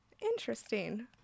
interesting